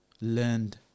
learned